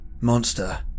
monster